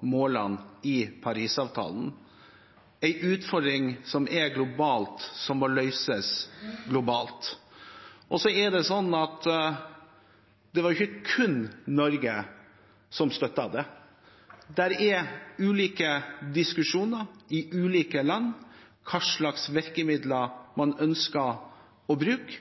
målene i Parisavtalen. En utfordring som er global, må løses globalt. Og det var ikke kun Norge som støttet det. Det er ulike diskusjoner i ulike land om hva slags virkemidler man ønsker å bruke.